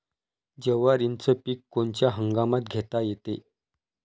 जवारीचं पीक कोनच्या हंगामात घेता येते?